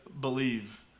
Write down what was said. believe